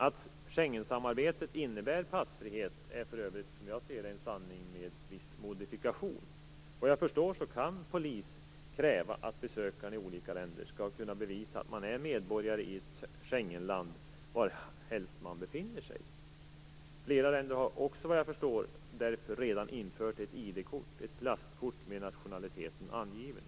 Att Schengensamarbetet innebär passfrihet är för övrigt en sanning med viss modifikation. Vad jag förstår kan polis kräva att besökare i olika länder skall kunna bevisa att de är medborgare i ett Schengenland varhelst de befinner sig. Flera länder har därför redan infört ett ID-kort - ett plastkort där nationaliteten finns angiven.